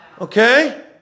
Okay